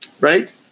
right